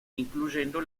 incluyendo